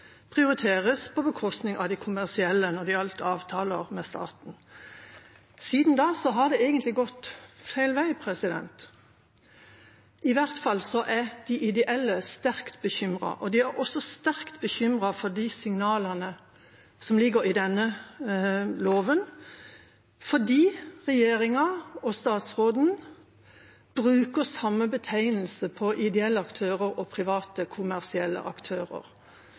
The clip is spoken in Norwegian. prioriteres på bekostning av de kommersielle når det gjaldt avtaler med staten. Siden da har det egentlig gått feil vei. I hvert fall er de ideelle sterkt bekymret. De er også sterkt bekymret over de signalene som ligger i denne loven, fordi regjeringa og statsråden bruker samme betegnelse på ideelle aktører og private kommersielle aktører.